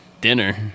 Dinner